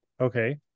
Okay